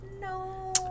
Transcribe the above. no